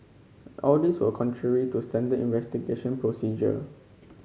all these were contrary to standard investigation procedure